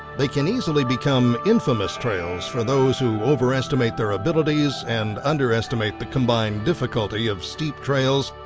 they can easily become infamous trails for those who overestimate their abilities, and underestimate the combined difficulty of steep trails,